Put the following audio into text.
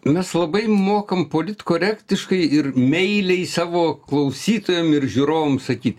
mes labai mokam politkorektiškai ir meiliai savo klausytojam ir žiūrovam sakyt